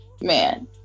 man